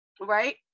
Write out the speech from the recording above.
Right